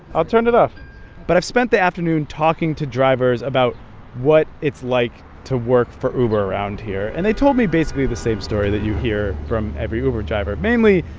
i'll turn it off but spent the afternoon talking to drivers about what it's like to work for uber around here. and they told me basically the same story that you hear from every uber driver. mainly,